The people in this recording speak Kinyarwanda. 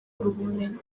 ubumenyi